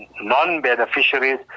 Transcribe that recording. non-beneficiaries